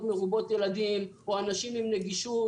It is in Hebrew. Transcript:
מרובות ילדים או אנשים עם בעיה של נגישות,